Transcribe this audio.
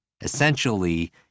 Essentially